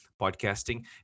podcasting